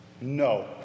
no